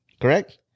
Correct